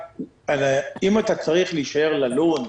אם אתה צריך להישאר ללון,